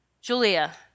julia